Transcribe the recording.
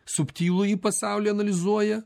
subtilųjį pasaulį analizuoja